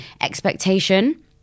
expectation